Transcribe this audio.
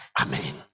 Amen